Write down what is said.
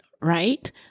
right